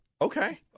Okay